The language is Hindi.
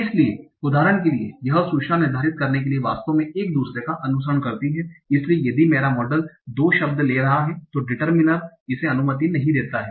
इसलिए उदाहरण के लिए यह सूचना निर्धारित करने के लिए वास्तव में एक दूसरे का अनुसरण करती है इसलिए यदि मेरा मॉडल 2 शब्द ले रहा है तो डिटर्मिनर इसे अनुमति नहीं देता है